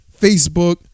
Facebook